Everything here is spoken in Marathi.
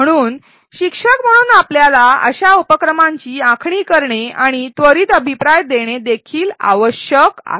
म्हणून शिक्षक म्हणून आपल्याला अशा उपक्रमांची आखणी करणे आणि त्वरित अभिप्राय देणे देखील आवश्यक आहे